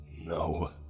No